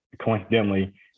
coincidentally